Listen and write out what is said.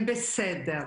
בסדר.